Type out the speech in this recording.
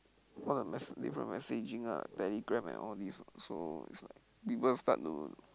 all the mes~ different messaging ah Telegram and all these so it's like people start to